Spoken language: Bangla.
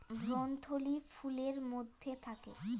ভ্রূণথলি ফুলের মধ্যে থাকে